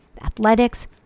athletics